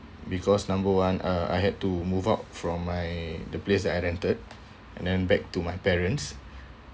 because number one uh I had to move out from my the place that I rented and then back to my parents